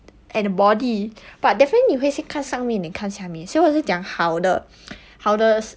and body but definitely 你会先看上面 then 看下面所以我就讲好的好的